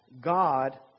God